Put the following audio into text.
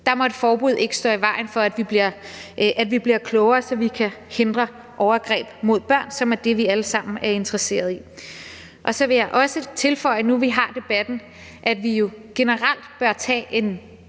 Der må et forbud ikke stå i vejen for, at vi bliver klogere, så vi kan hindre overgreb mod børn, som er det, vi alle sammen er interesserede i. Så vil jeg også tilføje, nu vi har debatten, at vi generelt bør tage en